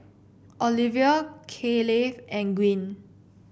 Olivia Kaleigh and Gwyn